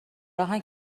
راهن